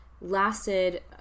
lasted